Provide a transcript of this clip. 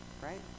right